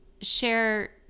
share